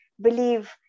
believe